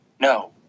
No